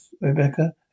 Rebecca